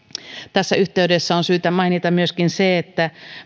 tässä yhteydessä on syytä mainita myöskin se että